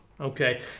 Okay